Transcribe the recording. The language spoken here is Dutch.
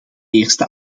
eerste